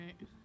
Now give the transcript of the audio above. right